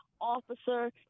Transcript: officer